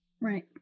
Right